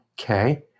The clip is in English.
Okay